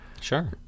Sure